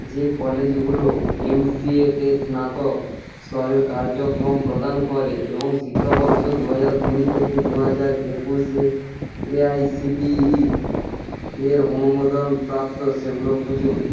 যে কলেজগুলো এমসিএতে স্নাতক স্তরের কার্যক্রম প্রদান করে এবং শিক্ষাবর্ষ দু হাজার কুড়ি থেকে দু হাজার একুশে এআইসিটিইর অনুমোদনপ্রাপ্ত সেগুলো খুঁজুন